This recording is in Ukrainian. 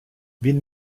він